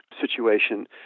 situation